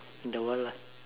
in the world lah